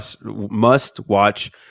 must-watch